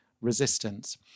resistance